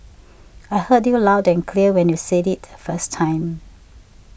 I heard you loud and clear when you said it the first time